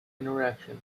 interaction